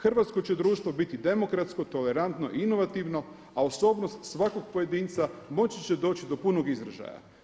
Hrvatsko će društvo biti demokratsko, tolerantno i inovativno a osobnost svakog pojedinca moći će doći do punog izražaja.